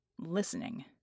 listening